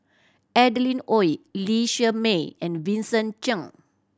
Adeline Ooi Lee Shermay and Vincent Cheng